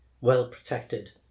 well-protected